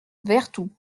vertou